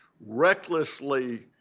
recklessly